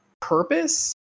purpose